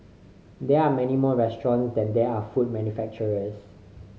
there are many more restaurants than there are food manufacturers